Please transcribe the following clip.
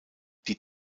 die